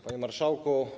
Panie Marszałku!